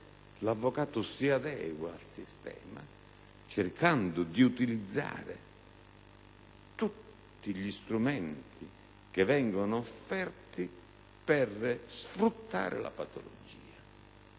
l'avvocato si adegua al sistema, cercando di utilizzare tutti gli strumenti offerti per sfruttare la patologia.